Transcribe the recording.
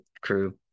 crew